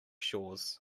shores